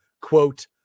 quote